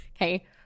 okay